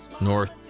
north